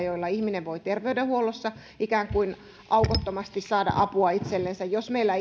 joilla ihminen voi terveydenhuollossa ikään kuin aukottomasti saada apua itsellensä jos meillä